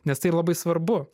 nes tai labai svarbu